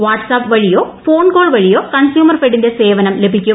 WhatsApp വഴിയോ phone call വഴിയോ consumer ഫെഡിന്റെ സേവനം ലഭിക്കും